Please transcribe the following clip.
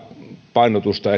painotusta